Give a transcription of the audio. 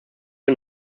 und